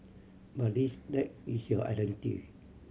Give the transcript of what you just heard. but this that is your identity